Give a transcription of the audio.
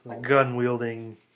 gun-wielding